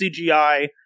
CGI